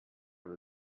will